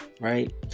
Right